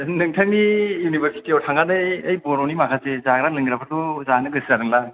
नोंथांनि इउनिभारसिटियाव थांनानै बै बर'नि माखासे जाग्रा लोंग्राफोरखौ जानो गोसो जादोंलां